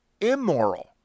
immoral